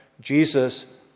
Jesus